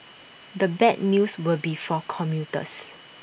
the bad news would be for commuters